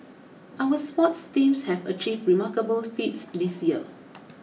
our sports teams have achieved remarkable feats this year